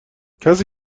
کسی